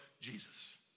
Jesus